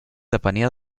depenia